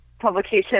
publication